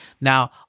Now